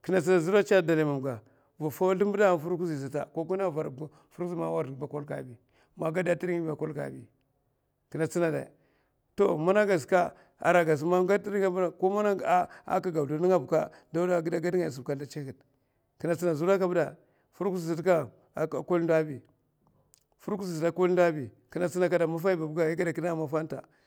kina tsina’a zur, zura a dolai mumga vinna faw shimbada a firkuzi sata man kina varba firkuziya a ward aba a kakabi man gada firingayaba a kakabi kina tsina de to mana gas ka aria a gas man gada azha tinngu ya. Kuman a kago sldaw ninga a gas ka dole a gida gad ngayasa a sldats na had kina tsina zura bide firkuzi sat kam a kwel ndou bi, firkazi sat kam a kwel ndou bi kina kade a maffahi babga igada kina a maffanta.